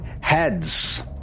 Heads